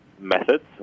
methods